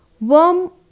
Worm